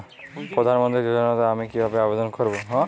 প্রধান মন্ত্রী যোজনাতে আমি কিভাবে আবেদন করবো?